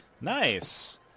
Nice